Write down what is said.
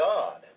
God